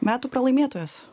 metų pralaimėtojas